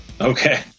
Okay